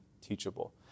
teachable